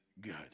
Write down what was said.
good